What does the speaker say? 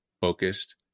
focused